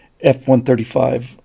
F-135